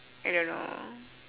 I don't know